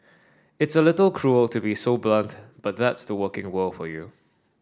it's a little cruel to be so blunt but that's the working world for you